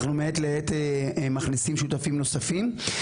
אנחנו מעת לעת מכניסים שותפים נוספים.